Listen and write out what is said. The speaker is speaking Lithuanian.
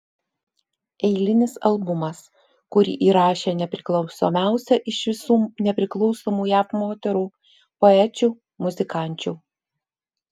eilinis albumas kurį įrašė nepriklausomiausia iš visų nepriklausomų jav moterų poečių muzikančių